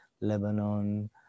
Lebanon